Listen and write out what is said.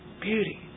beauty